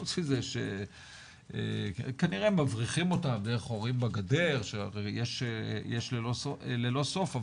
חוץ מזה שכנראה מבריחים אותם דרך חורים בגדר שיש ללא סוף.